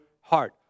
heart